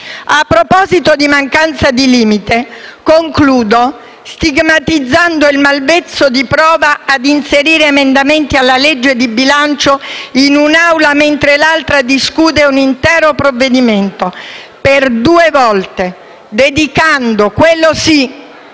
A proposito di mancanza di limite, concludo stigmatizzando il malvezzo per cui si provano a inserire emendamenti alla legge di bilancio in un'Aula, mentre l'altra discute un intero provvedimento per due volte, dedicandovi in